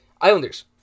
Islanders